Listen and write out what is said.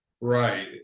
Right